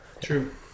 True